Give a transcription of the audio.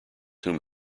whom